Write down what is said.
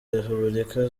repubulika